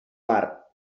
mar